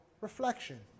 reflection